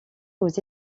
aux